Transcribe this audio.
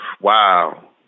wow